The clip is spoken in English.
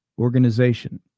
Organization